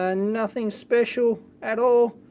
ah nothing special at all.